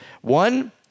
One